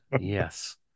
yes